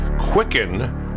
quicken